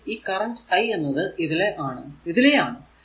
ഇതിൽ ഈ current i എന്നത് ഇതിലെ ആണ്